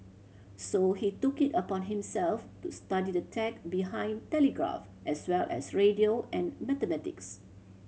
so he took it upon himself to study the tech behind telegraph as well as radio and mathematics